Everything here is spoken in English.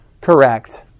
correct